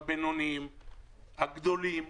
הבינוניים והגדולים,